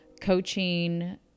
coaching